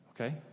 okay